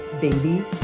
baby